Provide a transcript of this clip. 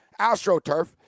AstroTurf